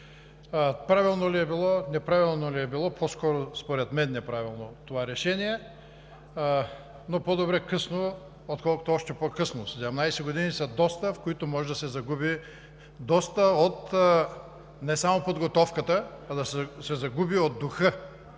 Правилно ли е било, неправилно ли е било – по-скоро според мен е неправилно това решение, но по-добре късно, отколкото още по-късно. Седемнадесет години са доста, в които може да се загуби не само от подготовката, а може да се загуби духа